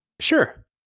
sure